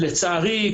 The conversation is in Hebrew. לצערי,